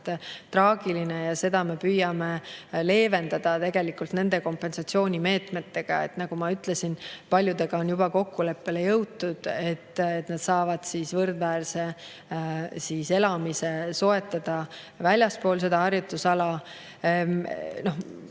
traagiline ja seda me püüame leevendada kompensatsioonimeetmetega. Nagu ma ütlesin, paljudega on juba kokkuleppele jõutud, et nad saavad võrdväärse elamise soetada väljaspool seda harjutusala.